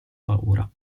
paura